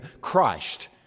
Christ